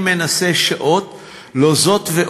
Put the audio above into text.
במסגרת הזאת גם עבדו על חמי,